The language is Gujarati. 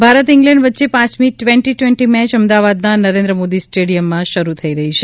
ભારત ઇંગ્લેન્ડ વચ્ચે પાંચમી ટવેન્ટી ટવેન્ટી મેચ અમદાવાદના નરેન્દ્ર મોદી સ્ટેડીયમમાં શરૂ થઇ રહી છે